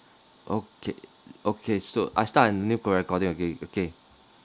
okay okay so I start a new record~ recording again okay